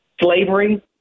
slavery